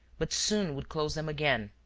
but soon would close them again.